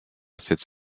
sits